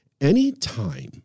Anytime